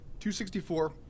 264